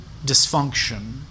dysfunction